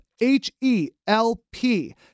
H-E-L-P